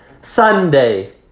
Sunday